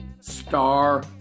star